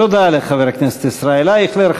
תודה לחבר הכנסת ישראל אייכלר.